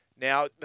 Now